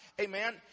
Amen